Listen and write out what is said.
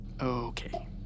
Okay